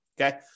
Okay